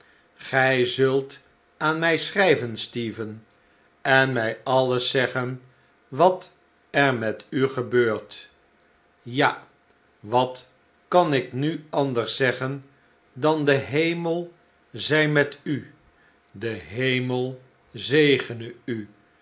gij zult aan mij schrijven stephen en mij alles zeggen wat er met u gebeurt ja wat kan ik nu anders zeggen dan de hemel zij met u de hemel zegene u